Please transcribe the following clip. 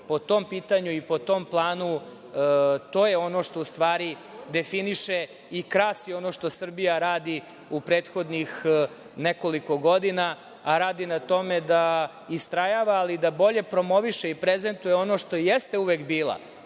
po tom pitanju i po tom planu, to je ono što, u stvari, definiše i krasi ono što Srbija radi u prethodnih nekoliko godina. Radi na tome da istrajava, ali da bolje promoviše i prezentuje ono što jeste uvek bila